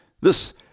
This